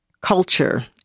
culture